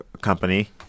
company